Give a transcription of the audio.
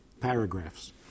paragraphs